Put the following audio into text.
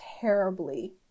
terribly